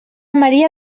maria